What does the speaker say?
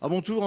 à mon tour